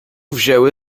wzięły